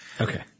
Okay